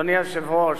אדוני היושב-ראש,